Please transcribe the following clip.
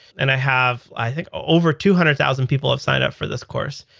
and i have i think over two hundred thousand people have signed up for this course.